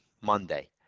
Monday